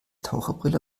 taucherbrille